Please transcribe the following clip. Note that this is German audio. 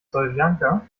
soljanka